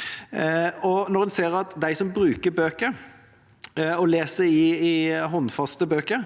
ser også at de som bruker bøker og leser i håndfaste bøker,